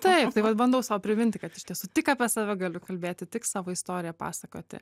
taip tai vat bandau sau priminti kad iš tiesų tik apie save galiu kalbėti tik savo istoriją pasakoti